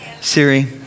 Siri